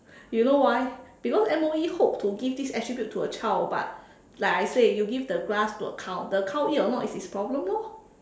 you know why because M_O_E hope to give this attribute to a child but like I said you give the grass to a cow the cow eat or not it's his problem lor